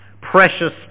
precious